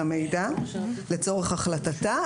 אלא מידע לצורך החלטתה,